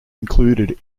included